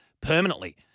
permanently